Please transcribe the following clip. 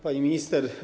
Pani Minister!